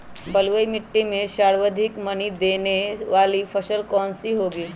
बलुई मिट्टी में सर्वाधिक मनी देने वाली फसल कौन सी होंगी?